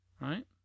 Right